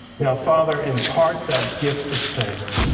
now, father, impart that gift of faith,